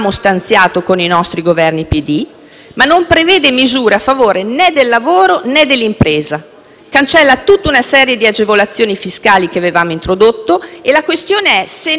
ma non prevede misure a favore del lavoro né dell'impresa; cancella tutta una serie di agevolazioni fiscali che avevamo introdotto. La questione è la seguente: se non si produce ricchezza, chi paga?